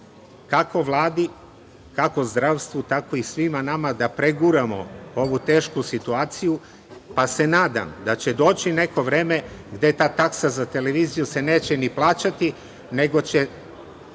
kako Vladi, kako zdravstvu, tako i svima nama da preguramo ovu tešku situaciju, pa se nadam da će doći neko vreme gde ta taksa za televiziju se neće ni plaćati, nego će